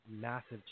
massive